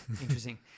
Interesting